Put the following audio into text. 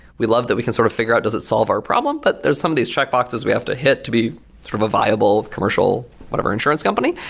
we love that we can sort of figure out does it solve our problem? but there're some of these checkboxes we have to hit to be sort of a viable commercial whatever, insurance company.